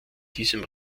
diesem